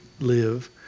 live